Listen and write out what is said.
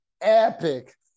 epic